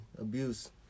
abuse